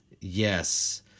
yes